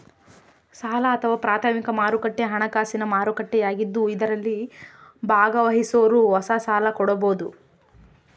ಸಾಲ ಅಥವಾ ಪ್ರಾಥಮಿಕ ಮಾರುಕಟ್ಟೆ ಹಣಕಾಸಿನ ಮಾರುಕಟ್ಟೆಯಾಗಿದ್ದು ಇದರಲ್ಲಿ ಭಾಗವಹಿಸೋರು ಹೊಸ ಸಾಲ ಕೊಡಬೋದು